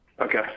Okay